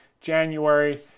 January